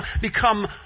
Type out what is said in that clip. become